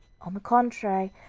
on the contrary,